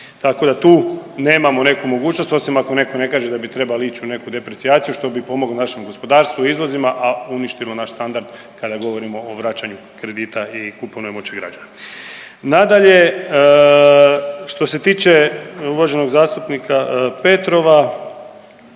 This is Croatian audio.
Tako da tu nemamo neku mogućnost osim ako neko ne kaže da bi trebali ić u neku deprecijaciju što bi pomoglo našem gospodarstvu i izvozima, a uništilo naš standard kada govorimo o vraćanju kredita i kupovne moći građana. Nadalje, što se tiče uvaženog zastupnika Petrova,